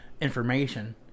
Information